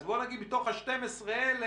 אז בוא נגיד מתוך ה-12 אלף,